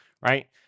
right